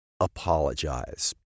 apologize